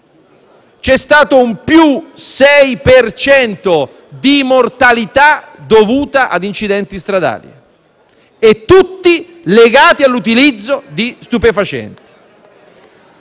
per cento di mortalità dovuta ad incidenti stradali, e tutti legati all'utilizzo di stupefacenti.